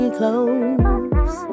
close